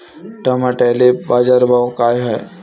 टमाट्याले बाजारभाव काय हाय?